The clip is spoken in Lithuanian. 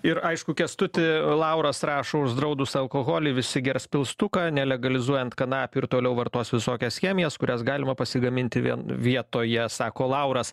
ir aišku kęstuti lauras rašo uždraudus alkoholį visi gers pilstuką nelegalizuojant kanapių ir toliau vartos visokias chemijas kurias galima pasigaminti vien vietoje sako lauras